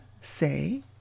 say